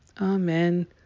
Amen